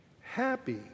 happy